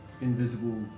Invisible